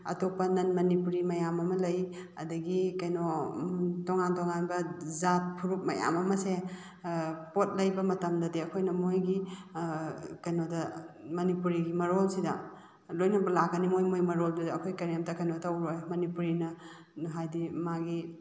ꯑꯇꯣꯞꯄ ꯅꯟ ꯃꯅꯤꯄꯨꯔꯤ ꯃꯌꯥꯝ ꯑꯃ ꯂꯩ ꯑꯗꯒꯤ ꯀꯩꯅꯣ ꯇꯣꯉꯥꯟ ꯇꯣꯉꯥꯟꯕ ꯖꯥꯠ ꯐꯨꯔꯨꯞ ꯃꯌꯥꯝ ꯑꯃꯁꯦ ꯄꯣꯠ ꯂꯩꯕ ꯃꯇꯝꯗꯗꯤ ꯑꯩꯈꯣꯏꯅ ꯃꯣꯏꯒꯤ ꯀꯩꯅꯣꯗ ꯃꯅꯤꯄꯨꯔꯤ ꯃꯔꯣꯟꯁꯤꯗ ꯂꯣꯏꯅꯃꯛ ꯂꯥꯛꯀꯅꯤ ꯃꯣꯏ ꯃꯣꯏ ꯃꯔꯣꯟꯗꯨꯗꯤ ꯑꯩꯈꯣꯏ ꯀꯔꯤꯝꯇ ꯀꯩꯅꯣ ꯇꯧꯔꯣꯏ ꯃꯅꯤꯄꯨꯔꯤꯅ ꯍꯥꯏꯗꯤ ꯃꯥꯒꯤ